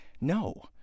no